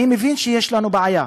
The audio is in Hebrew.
אני מבין שיש לנו בעיה,